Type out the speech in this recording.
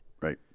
right